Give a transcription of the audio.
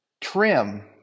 trim